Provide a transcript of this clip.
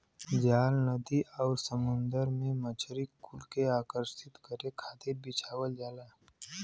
जाल नदी आउरी समुंदर में मछरी कुल के आकर्षित करे खातिर बिछावल जाला